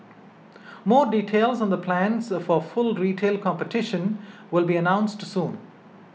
more details on the plans for full retail competition will be announced soon